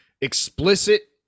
explicit